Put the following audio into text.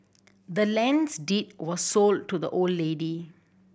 the land's deed was sold to the old lady